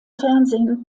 fernsehen